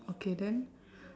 okay then